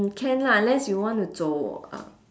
can lah unless you want to 走：zou uh